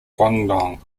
guangdong